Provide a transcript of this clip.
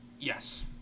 Yes